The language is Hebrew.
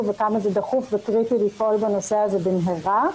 וכמה זה דחוף וקריטי לפעול בנושא הזה במהרה.